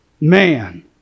man